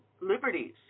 liberties